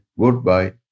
goodbye